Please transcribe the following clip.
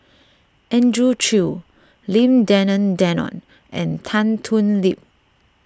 Andrew Chew Lim Denan Denon and Tan Thoon Lip